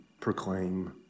proclaim